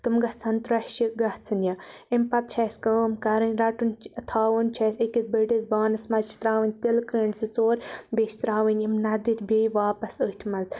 تِم گَژھَن تروٚشہِ گَژھنہِ امہِ پَتہٕ چھِ اَسہِ کٲم کَرٕنۍ رَٹُن تھاوُن چھِ اَسہِ أکِس بٔڑِس بانَس مَنٛز چھِ تراوٕنۍ تِلہِ کریٚنٛڈۍ زٕ ژور بیٚیہِ چھِ تراوٕنۍ یِم نَدٕرۍ بیٚیہِ واپَس أتھۍ مَنٛز